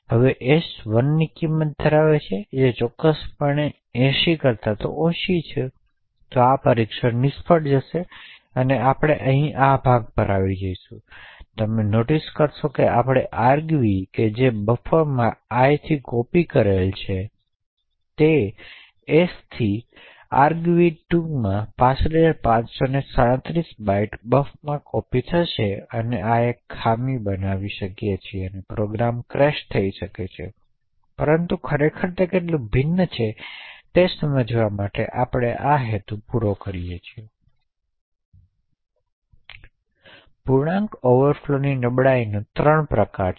હવે s 1 ની કિંમત ધરાવે છે જે ચોક્કસપણે 80 કરતાં ઓછી છે તેથી આ પરીક્ષણ નિષ્ફળ જશે અને આપણે આ ભાગ પર આવીશું અહીં તમે નોટિસ કરો કે આપણે argv2 કે buff માં i થી કોપી કરી છે નહીં કે s થી તેથી argv2 માં થી 65537 બાઇટ્સ buff માં કોપી થશે તેથી આ એક ખામી બનાવી શકો અને પ્રોગ્રામ ક્રેશ થઈ શકે છે પરંતુ તે ખરેખર કેટલું ભિન્ન છે તે સમજવાનો હેતુ પૂરો કરે છે તપૂર્ણાંક ઑવરફ્લોની નબળાઈઓ ત્રણ પ્રકારની છે